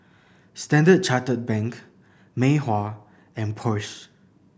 Standard Chartered Bank Mei Hua and Porsche